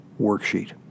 worksheet